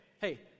hey